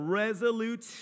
resolute